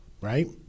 right